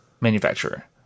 manufacturer